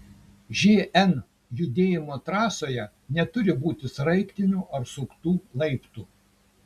žn judėjimo trasoje neturi būti sraigtinių ar suktų laiptų